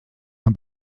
man